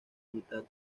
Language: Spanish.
mitad